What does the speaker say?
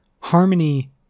Harmony